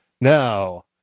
Now